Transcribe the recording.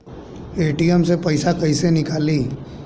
ATM से पैसा कैसे नीकली?